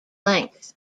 length